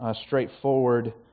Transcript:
straightforward